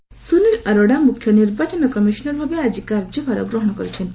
ସୁନୀଲ ଅରୋଡ଼ା ସୁନୀଲ ଅରୋଡ଼ା ମୁଖ୍ୟ ନିର୍ବାଚନ କମିଶନର ଭାବେ ଆଜି କାର୍ଯ୍ୟଭାର ଗ୍ରହଣ କରିଛନ୍ତି